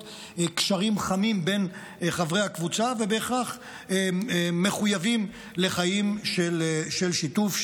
קשרים חמים בין חברי הקבוצה ובהכרח מחויבות לחיים של שיתוף,